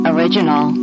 Original